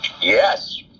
Yes